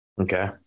Okay